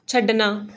ਛੱਡਣਾ